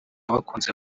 bakunze